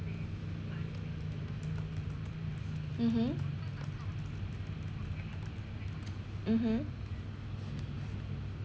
mmhmm mmhmm